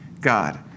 God